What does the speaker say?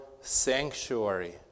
sanctuary